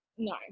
No